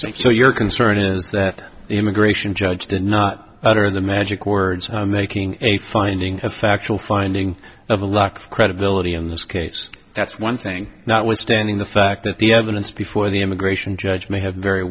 so your concern is that the immigration judge did not utter the magic words making a finding a factual finding of a lack of credibility in this case that's one thing not withstanding the fact that the evidence before the immigration judge may have very